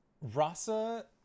rasa